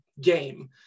game